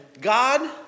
God